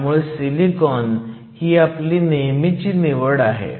त्यामुळे सिलिकॉन ही आपली नेहमीची निवड आहे